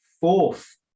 fourth